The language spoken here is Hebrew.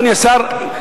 אדוני השר,